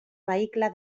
vehicle